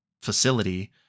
facility